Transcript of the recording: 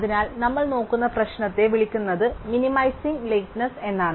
അതിനാൽ നമ്മൾ നോക്കുന്ന പ്രശ്നത്തെ വിളിക്കുന്നത് മിനിമൈസിങ് ലേറ്റ്നെസ് എന്നാണ്